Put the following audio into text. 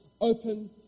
open